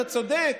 אתה צודק.